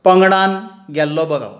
पंगडान गेल्लो बरो